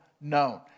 known